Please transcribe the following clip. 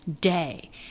day